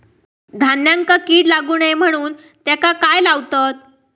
धान्यांका कीड लागू नये म्हणून त्याका काय लावतत?